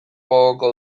gogoko